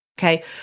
Okay